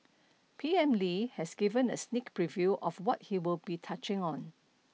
P M Lee has given a sneak preview of what he will be touching on